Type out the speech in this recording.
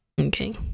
Okay